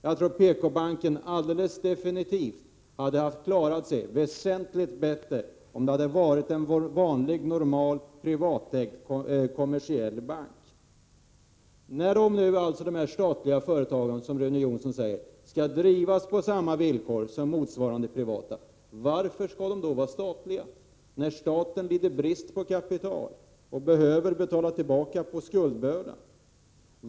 Jag tror definitivt att PKbanken hade klarat sig väsentligt bättre om det hade varit en vanlig, normal, privatägd och kommersiell bank. När de statliga företagen, som Rune Jonsson säger, skall drivas på samma villkor som motsvarande privata — varför skall de då vara statliga? Staten lider ju brist på kapital och behöver lätta på skuldbördan.